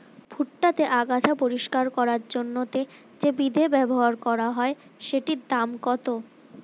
ভুট্টা তে আগাছা পরিষ্কার করার জন্য তে যে বিদে ব্যবহার করা হয় সেটির দাম কত?